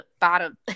bottom